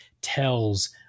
tells